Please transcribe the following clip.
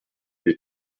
des